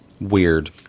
weird